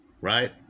Right